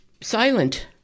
silent